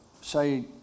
say